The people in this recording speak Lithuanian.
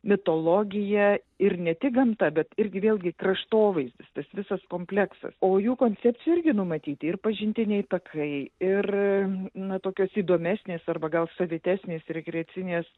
mitologija ir ne tik gamta bet irgi vėlgi kraštovaizdis tas visas kompleksas o jų koncepcijoj irgi numatyti ir pažintiniai takai ir nuo tokios įdomesnės arba gal savitesnės rekreacinės